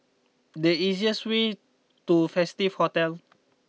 the easier sway to Festive Hotel